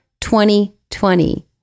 2020